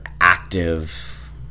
active